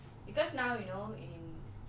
if um